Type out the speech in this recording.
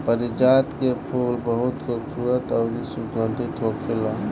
पारिजात के फूल बहुत खुबसूरत अउरी सुगंधित होखेला